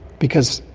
because,